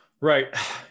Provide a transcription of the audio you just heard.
Right